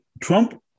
Trump